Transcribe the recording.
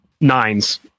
nines